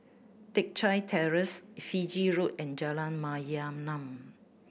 Teck Chye Terrace Fiji Road and Jalan Mayaanam